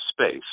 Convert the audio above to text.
space